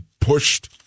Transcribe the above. pushed